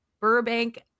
Burbank